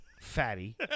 Fatty